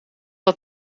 had